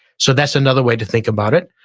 so, that's another way to think about it.